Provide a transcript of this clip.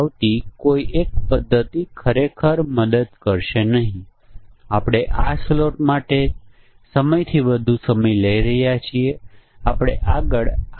પરંતુ કોઈ પણ સંજોગોમાં તે સાર્થક થશે જો તમે આ ટૂલ્સને ડાઉનલોડ કરો અને ચલાવો તો તે એકદમ સરળ નાનું ટૂલ્સ ખૂબ જ ઉપયોગી સાધન છે